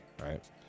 right